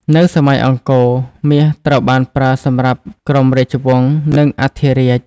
នៅសម័យអង្គរ មាសត្រូវបានប្រើសម្រាប់ក្រុមរាជវង្ស និងអធិរាជ។